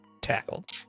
tackled